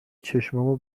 چشامو